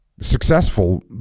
successful